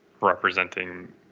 representing